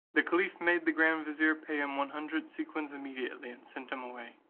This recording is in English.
the caliph made the grand vizier pay him one hundred sequins immediately, and sent him away.